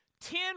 ten